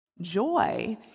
Joy